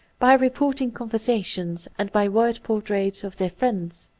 by reporting conversations, and by word portraits of their friends.